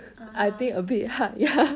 (uh huh)